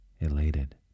elated